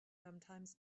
sometimes